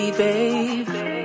baby